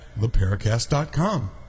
theparacast.com